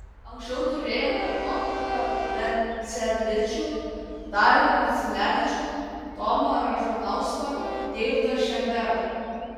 anksčiau turėjome donatą vencevičių darių maciulevičių tomą ražanauską deividą šemberą